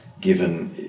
given